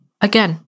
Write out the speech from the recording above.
Again